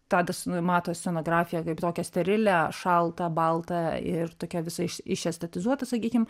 tadas nu mato scenografiją kaip tokią sterilią šaltą baltą ir tokią visą išestetizuotą sakykim